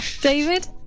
David